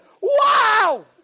Wow